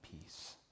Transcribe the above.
peace